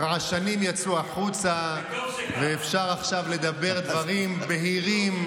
הרעשנים יצאו החוצה ועכשיו אפשר לדבר דברים בהירים,